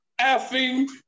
effing